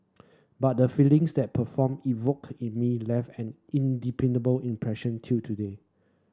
but the feelings that perform evoked in me left an impression till today